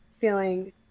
feeling